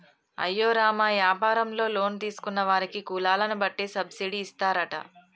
అయ్యో రామ యాపారంలో లోన్ తీసుకున్న వారికి కులాలను వట్టి సబ్బిడి ఇస్తారట